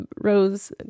rose